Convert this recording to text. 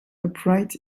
upright